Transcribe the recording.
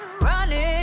running